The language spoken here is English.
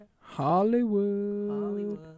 Hollywood